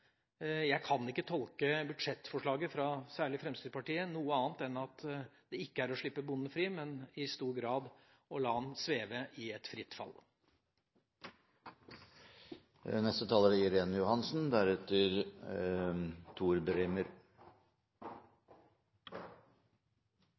Jeg kan ikke tolke budsjettforslaget fra særlig Fremskrittspartiet som noe annet enn at det ikke er å slippe bonden fri, men i stor grad å la ham sveve i et